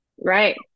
Right